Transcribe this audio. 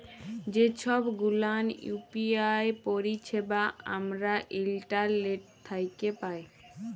যে ছব গুলান ইউ.পি.আই পারিছেবা আমরা ইন্টারলেট থ্যাকে পায়